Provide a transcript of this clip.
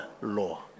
law